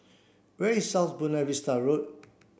where is South Buona Vista Road